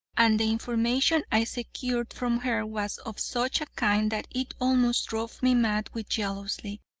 and the information i secured from her was of such a kind that it almost drove me mad with jealousy,